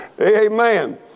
Amen